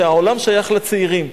ש"העולם שייך לצעירים".